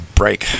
break